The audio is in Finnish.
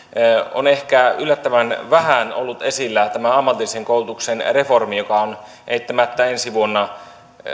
on ehkä yllättävän vähän ollut esillä tämä ammatillisen koulutuksen reformi joka on eittämättä ensi vuonna